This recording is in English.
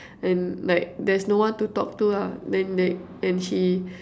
and like there's no one to talk to lah then like and she